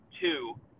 two